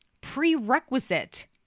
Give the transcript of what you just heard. prerequisite